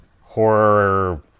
horror